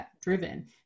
driven